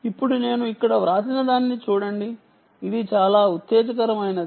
ఇప్పుడు నేను ఇక్కడ వ్రాసినదాన్ని చూడండి ఇది చాలా ఉత్తేజకరమైనది